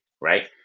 right